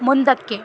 ಮುಂದಕ್ಕೆ